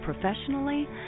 professionally